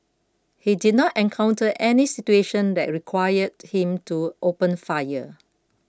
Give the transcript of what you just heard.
he did not encounter any situation that required him to open fire